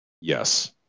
Yes